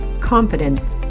confidence